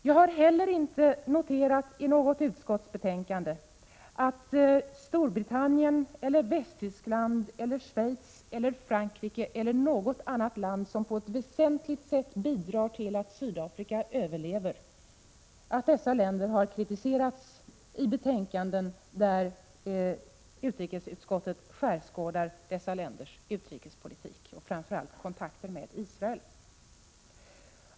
Jag har heller inte noterat att Storbritannien, Västtyskland, Schweiz, Frankrike eller något annat land som på ett väsentligt sätt bidrar till att Sydafrika överlever har kritiserats i betänkanden, där utrikesutskottet skärskådar dessa länders utrikespolitik och framför allt kontakterna med Sydafrika.